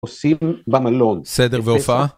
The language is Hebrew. עושים במלון. בסדר, והופעה.